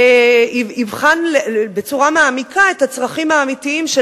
יבחן בצורה מעמיקה את הצרכים האמיתיים של